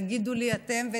תגידו לי אתם,